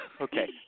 Okay